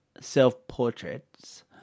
self-portraits